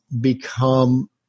become